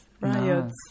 riots